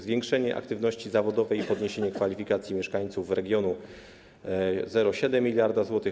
Zwiększenie aktywności zawodowej i podniesienie kwalifikacji mieszkańców regionu - 0,7 mld zł.